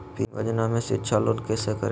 PM योजना में शिक्षा लोन कैसे करें?